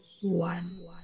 one